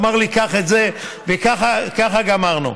הוא אמר לי: קח את זה, וככה גמרנו.